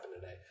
today